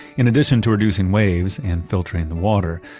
in addition to reducing waves and filtering the water,